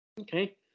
Okay